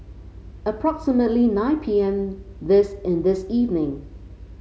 approximately nine P M this in this evening